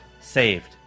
Saved